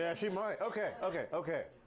yeah she might. ok, ok, ok.